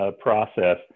process